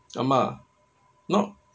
ஆமா:aamaa not